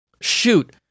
shoot